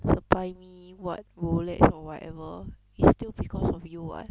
supply me what Rolex or whatever is still because of you [what]